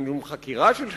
אין שום חקירה של שחיתות.